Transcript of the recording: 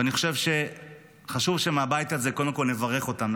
ואני חושב שחשוב שמהבית הזה קודם כול נברך אותם.